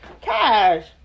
cash